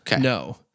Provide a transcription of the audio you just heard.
no